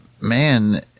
man –